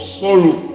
sorrow